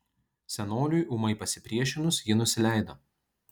senoliui ūmai pasipriešinus ji nusileido